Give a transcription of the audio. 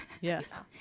Yes